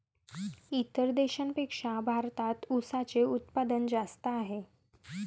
इतर देशांपेक्षा भारतात उसाचे उत्पादन जास्त आहे